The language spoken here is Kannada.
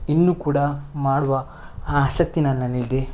ಇನ್ನೂ ಕೂಡ ಮಾಡುವ ಆ ಆಸಕ್ತಿ ನನ್ನಲ್ಲಿದೆ